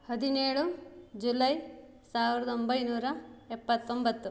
ಹದಿನೇಳು ಜುಲೈ ಸಾವಿರದ ಒಂಬೈನೂರ ಎಪ್ಪತ್ತೊಂಬತ್ತು